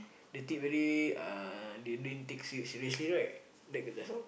they take very uh they didn't take se~ seriously right okay that's all